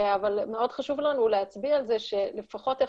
אבל מאוד חשוב לנו להצביע על זה שלפחות איך